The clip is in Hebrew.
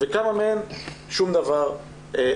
ולגבי כמה מהן לא הוכרע דבר.